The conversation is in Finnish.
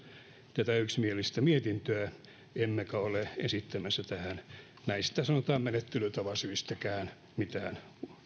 tätä yksimielistä mietintöä emmekä ole esittämässä tähän näistä sanotaan menettelytapasyistäkään mitään